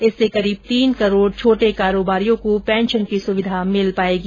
इससे करीब तीन करोड छोटे कारोबारियों को पेंशन की सुविधा मिल पायेगी